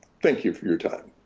thank you for your time.